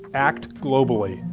act globally.